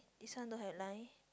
this one don't have line